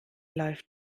läuft